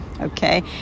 okay